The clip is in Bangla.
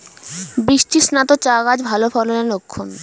বৃষ্টিস্নাত চা গাছ ভালো ফলনের লক্ষন